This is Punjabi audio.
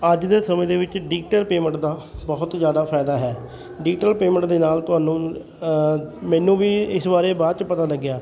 ਅੱਜ ਦੇ ਸਮੇਂ ਦੇ ਵਿੱਚ ਡਿਜ਼ੀਟਲ ਪੇਮੈਂਟ ਦਾ ਬਹੁਤ ਜ਼ਿਆਦਾ ਫਾਇਦਾ ਹੈ ਡਿਜ਼ੀਟਲ ਪੇਮੈਂਟ ਦੇ ਨਾਲ ਤੁਹਾਨੂੰ ਮੈਨੂੰ ਵੀ ਇਸ ਬਾਰੇ ਬਾਅਦ 'ਚ ਪਤਾ ਲੱਗਿਆ